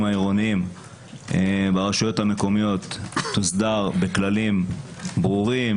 העירוניים ברשויות המקומיות תוסדר בכללים ברורים,